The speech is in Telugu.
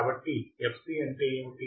కాబట్టి fc అంటే ఏమిటి